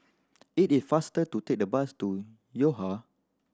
it is faster to take the bus to Yo Ha